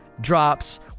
drops